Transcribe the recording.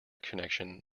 connection